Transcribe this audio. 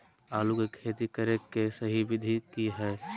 आलू के खेती करें के सही विधि की हय?